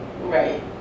right